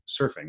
surfing